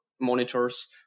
monitors